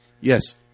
Yes